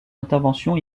intervention